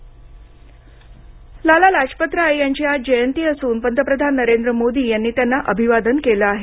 लाला लाजपत राय जयंती लाला लाजपत राय यांची आज जयंती असून पंतप्रधान नरेंद्र मोदी यांनी त्यांना अभिवादन केलं आहे